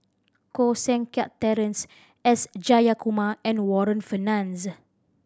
Koh Seng Kiat Terence S Jayakumar and Warren Fernandez